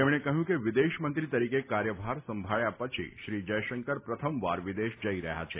તેમણે કહ્યું કે વિદેશ મંત્રી તરીકે કાર્યભાર સંભાબ્યા પછી શ્રી જયશંકર પ્રથમવાર વિદેશ જઈ રહ્યા છે